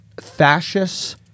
fascists